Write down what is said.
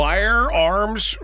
Firearms